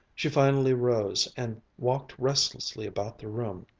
she finally rose and walked restlessly about the room.